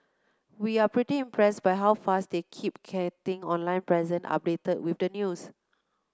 we're pretty impressed by how fast they're keeping their online presence updated with the news